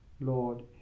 Lord